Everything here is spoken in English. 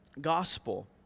gospel